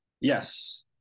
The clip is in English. Yes